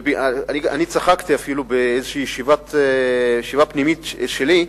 צחקתי אפילו באיזו ישיבה פנימית אצלי,